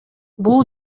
бул